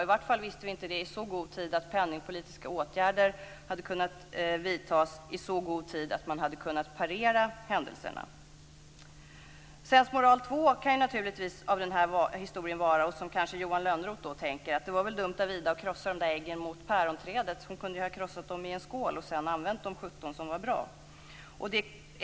I varje fall visste vi inte det i så god tid att penningpolitiska åtgärder hade kunnat vidtas i så god tid att man hade kunnat parera händelserna. Sensmoral två i denna historia kan ju vara, vilket Johan Lönnroth kanske tänker, att det ju var dumt av Ida att krossa dessa ägg mot päronträdet. Hon kunde ju ha krossat dem i en skål och sedan använt de 17 som var bra.